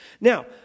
Now